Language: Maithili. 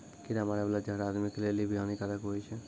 कीड़ा मारै बाला जहर आदमी के लेली भी हानि कारक हुवै छै